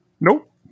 Nope